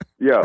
Yo